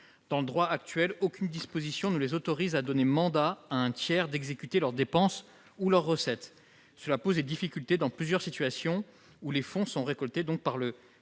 Dans le droit actuel, aucune disposition ne les autorise à donner mandat à un tiers d'exécuter leurs dépenses ou leurs recettes. Cela pose des difficultés dans plusieurs situations, notamment lorsque les fonds sont récoltés par le